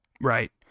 Right